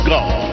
God